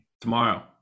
Tomorrow